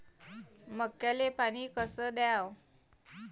मक्याले पानी कस द्याव?